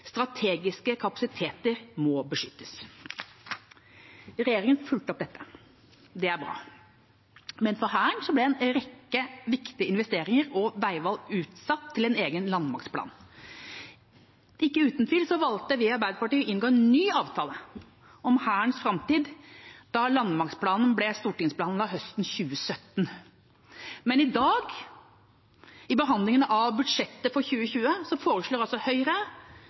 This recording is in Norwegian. Strategiske kapasiteter må beskyttes. Regjeringa fulgte opp dette. Det er bra. Men for Hæren ble en rekke viktige investeringer og veivalg utsatt til en egen landmaktplan. Ikke uten tvil valgte vi i Arbeiderpartiet å inngå en ny avtale om Hærens framtid da landmaktplanen ble stortingsbehandlet høsten 2017. Men i dag, i behandlingen av budsjettet for 2020, foreslår altså Høyre,